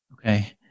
Okay